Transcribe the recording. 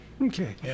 Okay